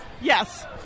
Yes